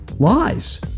lies